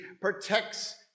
protects